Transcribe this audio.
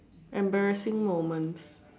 embarrassing moments